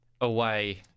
away